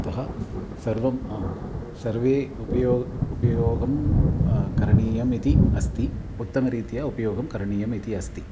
अतः सर्वं सर्वे उपयो उपयोगं करणीयम् इति अस्ति उत्तमरीत्या उपयोगं करणीयम् इति अस्ति